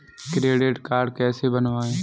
Credit card कैसे बनवाएँ?